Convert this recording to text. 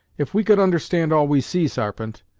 if we could understand all we see, sarpent,